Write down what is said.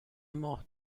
ماه